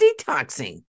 detoxing